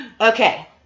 Okay